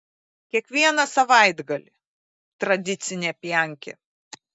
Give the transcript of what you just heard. kiekvieną savaitgalį tradicinė pjankė